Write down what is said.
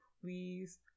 please